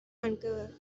uncovered